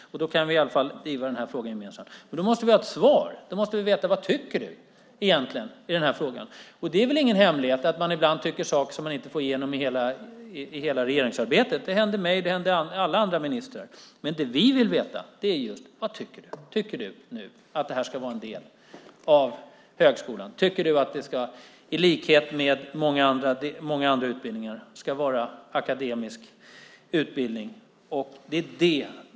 Men om vi ska driva den gemensamt måste vi ha ett svar och få veta vad du egentligen tycker i frågan. Det är väl ingen hemlighet att man ibland tycker saker som man inte får igenom i hela regeringsarbetet. Det hände mig; det händer alla ministrar. Men det vi vill veta är vad du tycker. Tycker du att det ska vara en del av högskolan och att det i likhet med många andra utbildningar ska vara en akademisk utbildning?